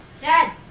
Dad